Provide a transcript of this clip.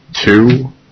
two